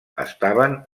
estaven